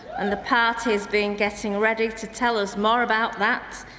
and the party's been getting ready to tell us more about that,